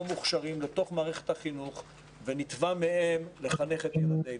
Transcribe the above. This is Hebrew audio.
לא מוכשרים לתוך מערכת החינוך ונתבע מהם לחנך את ילדנו.